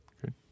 Good